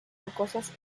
rocosas